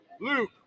Luke